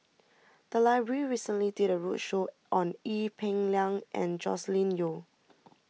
the library recently did a roadshow on Ee Peng Liang and Joscelin Yeo